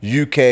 UK